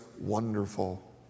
wonderful